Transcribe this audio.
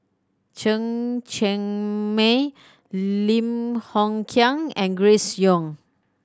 Chen Cheng Mei Lim Hng Kiang and Grace Young